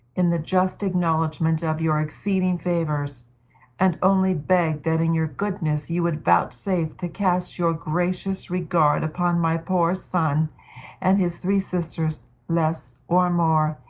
in the just acknowledgment of your exceeding favors and only beg that in your goodness you would vouchsafe to cast your gracious regard upon my poor son and his three sisters, less or more,